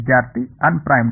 ವಿದ್ಯಾರ್ಥಿ ಅನ್ಪ್ರೈಮ್ಡ್